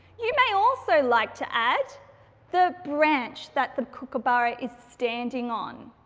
you may also like to add the branch that the kookaburra is standing on.